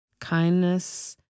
Kindness